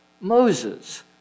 Moses